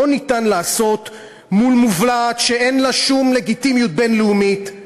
לא ניתן לעשות מול מובלעת שאין לה שום לגיטימיות בין-לאומית,